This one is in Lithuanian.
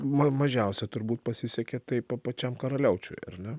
ma mažiausia turbūt pasisekė p pačiam karaliaučiui ar ne